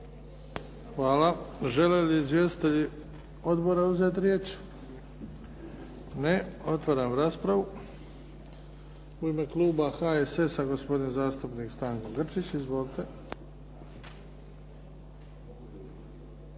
Hvala. Žele li izvjestitelji odbora uzeti riječ? Ne. Otvaram raspravu. U ime kluba HSS-a, gospodin zastupnik Stanko Grčić. Izvolite.